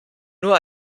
nur